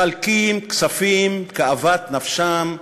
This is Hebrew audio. מחלקים כספים, כאוות נפשם,